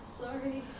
Sorry